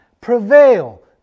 prevail